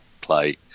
play